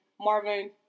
Marvin